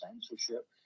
censorship